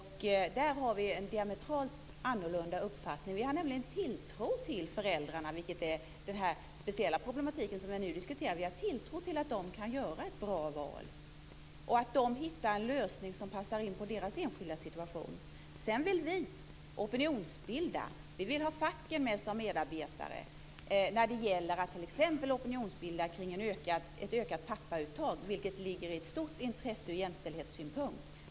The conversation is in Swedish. Där har vi en diametralt annorlunda uppfattning. Vi har nämligen tilltro till föräldrarna. Då talar jag om den speciella problematik som vi nu diskuterar. Vi har tilltro till att de kan göra ett bra val och till att de hittar en lösning som passar in på deras enskilda situation. Sedan vill vi opinionsbilda. Vi vill ha facken med som medarbetare när det gäller att t.ex. opinionsbilda omkring ett ökat uttag av pappaledighet, vilket är ett stort intresse ur jämställdhetssynpunkt.